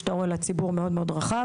כפי שאתה רואה, לציבור מאוד רחב.